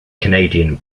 canadian